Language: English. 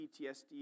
PTSD